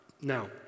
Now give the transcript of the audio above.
Now